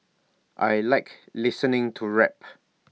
I Like listening to rap